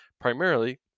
primarily